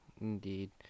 Indeed